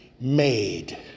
made